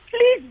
Please